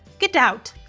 get out!